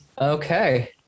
Okay